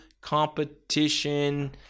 competition